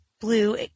blue